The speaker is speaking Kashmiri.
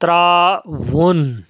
ترٛاوُن